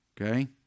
Okay